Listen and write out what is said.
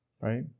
Right